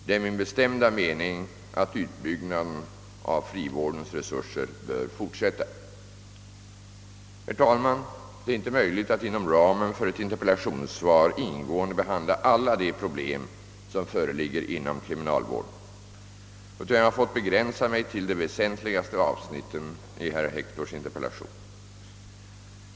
Det är min bestämda mening att utbyggnaden av frivårdens resurser bör fortsätta. Herr talman! Det är inte möjligt att inom ramen för ett interpellationssvar ingående behandla alla de problem, som föreligger inom kriminalvården, utan jag har fått begränsa mig till de väsentligaste avsnitten i herr Hectors interpellation.